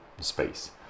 space